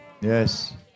Yes